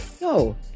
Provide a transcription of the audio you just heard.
no